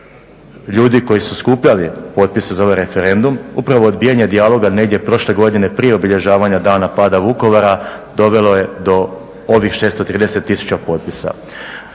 ljudi koji su skupljali potpise za ovaj referendum, upravo odbijanje dijaloga negdje prošle godine prije obilježavanja Dana pada Vukovara dovelo je do ovih 301 tisuća potpisa.